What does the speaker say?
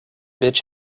bitch